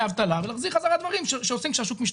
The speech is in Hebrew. אבטלה ולהחזיר חזרה דברים שעושים כשהשוק משתולל.